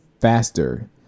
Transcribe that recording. faster